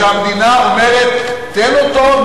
כשהמדינה אומרת: תן אותו,